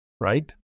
right